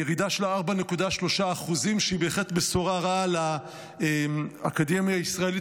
ירידה של 4.3% היא בהחלט בשורה רעה לאקדמיה הישראלית,